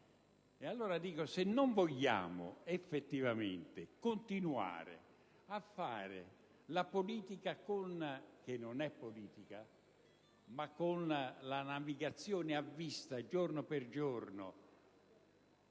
se vogliamo effettivamente continuare a fare una politica, che non è politica, di navigazione a vista, giorno per giorno,